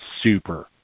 super